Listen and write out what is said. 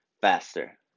faster